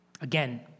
Again